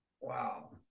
Wow